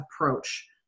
approach